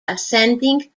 ascending